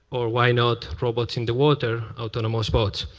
or why not robots in the water? autonomous bots.